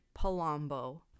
Palombo